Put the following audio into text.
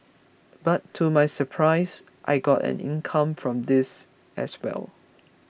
but to my surprise I got an income from this as well